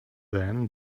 then